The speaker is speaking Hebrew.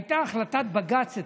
הייתה אתמול החלטת בג"ץ.